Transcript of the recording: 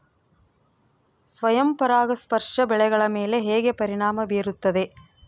ಸ್ವಯಂ ಪರಾಗಸ್ಪರ್ಶ ಬೆಳೆಗಳ ಮೇಲೆ ಹೇಗೆ ಪರಿಣಾಮ ಬೇರುತ್ತದೆ?